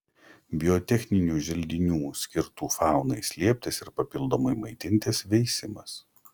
biotechninių želdinių skirtų faunai slėptis ir papildomai maitintis veisimas